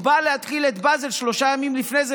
הוא בא להתחיל את בזל שלושה ימים לפני זה,